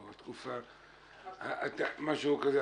משהו כזה,